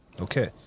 Okay